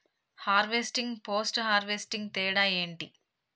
Harvesting, post harvesting తేడా ఏంటి?